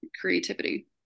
creativity